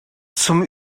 zum